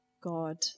God